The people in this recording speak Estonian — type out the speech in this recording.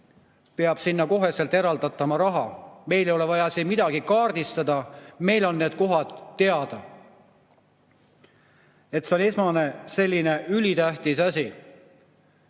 peab sinna kohe raha eraldama. Meil ei ole vaja siin midagi kaardistada, meil on need kohad teada. See on esmane ülitähtis asi.